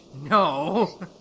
No